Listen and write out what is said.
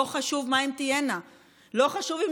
לא חשוב מה הן תהיינה.